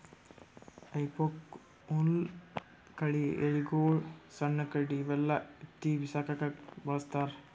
ಹೆಫೋಕ್ ಹುಲ್ಲ್ ಕಳಿ ಎಲಿಗೊಳು ಸಣ್ಣ್ ಕಡ್ಡಿ ಇವೆಲ್ಲಾ ಎತ್ತಿ ಬಿಸಾಕಕ್ಕ್ ಬಳಸ್ತಾರ್